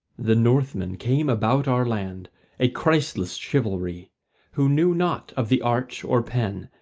the northmen came about our land a christless chivalry who knew not of the arch or pen,